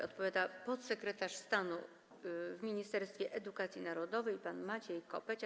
Odpowiada podsekretarz stanu w Ministerstwie Edukacji Narodowej pan Maciej Kopeć.